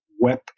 web